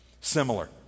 similar